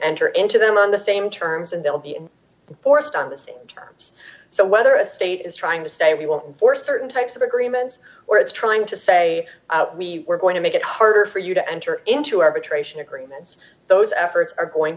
enter into them on the same terms and they'll be forced on this and so whether a state is trying to say we won't for certain types of agreements or it's trying to say we we're going to make it harder for you to enter into arbitration agreements those efforts are going